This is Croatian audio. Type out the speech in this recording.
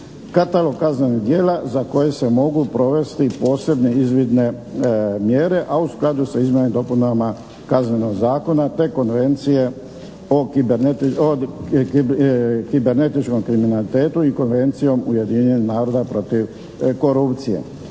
katalog kaznenih djela za koji se mogu provesti posebne izvidne mjere, a u skladu sa izmjenama i dopunama Kaznenog zakona te konvencije o kibernetičkom kriminalitetu i Konvencijom Ujedinjenih naroda protiv korupcije.